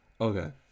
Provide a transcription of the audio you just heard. Okay